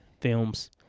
films